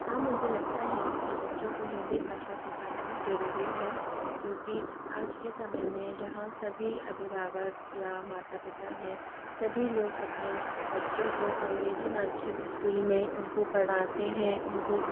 हाँ मुझे लगता है कि बच्चों को हिंदी भाषा सीखाना ज़रूरी है क्योंकि आज के समय में जहाँ सभी अभिभावक या माता पिता हैं सभी लोग अपने बच्चों को अंग्रेज़ी माध्यम स्कूल में उनको पढ़ाते हैं उनको